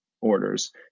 orders